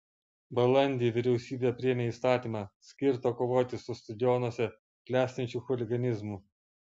balandį vyriausybė priėmė įstatymą skirtą kovoti su stadionuose klestinčiu chuliganizmu